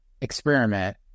experiment